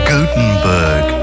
Gutenberg